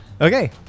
Okay